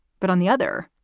but on the other,